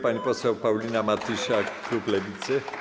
Pani poseł Paulina Matysiak, klub Lewicy.